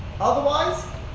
Otherwise